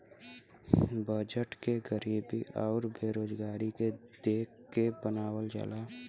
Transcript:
budget के गरीबी आउर बेरोजगारी के देख के बनावल जाला